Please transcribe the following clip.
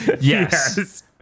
Yes